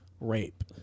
rape